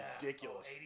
ridiculous